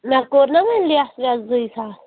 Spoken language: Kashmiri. نہ کوٚر نا مےٚ لیس وٮ۪س زٕے ساس